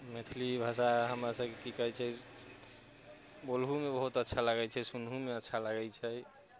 मैथिली भाषा हमर सभके की कहै छै बोलहुमे बहुत अच्छा लागै छै सुनहोमे अच्छा लागै छै